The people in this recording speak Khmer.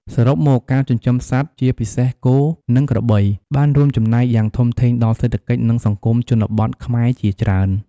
សរុបមក ការចិញ្ចឹមសត្វ ជាពិសេសគោ និងក្របី បានរួមចំណែកយ៉ាងធំធេងដល់សេដ្ឋកិច្ច និងសង្គមជនបទខ្មែរជាច្រើន។